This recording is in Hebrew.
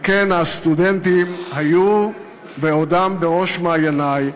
על כן הסטודנטים היו ועודם בראש מעייני,